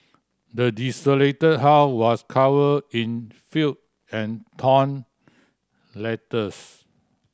the desolated house was covered in filth and torn letters